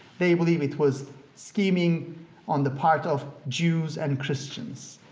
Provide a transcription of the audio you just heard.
they believe it was scheming on the part of jews and christians.